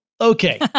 Okay